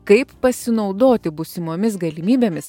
kaip pasinaudoti būsimomis galimybėmis